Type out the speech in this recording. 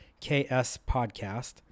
kspodcast